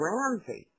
Ramsey